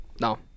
No